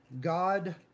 God